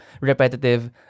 repetitive